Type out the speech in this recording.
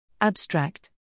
Abstract